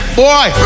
boy